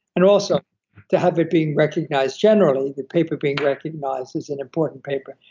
and also to have it being recognized generally, the paper being recognized as an important paper,